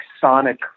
sonic